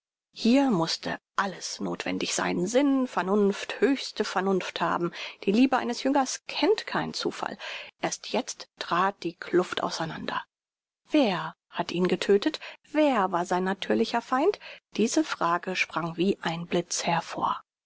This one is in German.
hier mußte alles nothwendig sein sinn vernunft höchste vernunft haben die liebe eines jüngers kennt keinen zufall erst jetzt trat die kluft auseinander wer hat ihn getödtet wer war sein natürlicher feind diese frage sprang wie ein blitz hervor